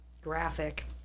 graphic